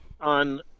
on